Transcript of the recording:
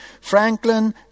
Franklin